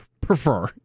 prefer